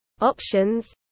options